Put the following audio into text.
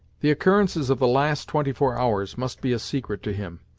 the occurrences of the last twenty-four hours must be a secret to him,